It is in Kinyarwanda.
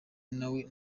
nawe